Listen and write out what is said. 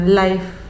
life